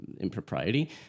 impropriety